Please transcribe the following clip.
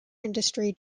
industry